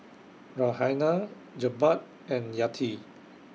Raihana Jebat and Yati